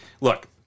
look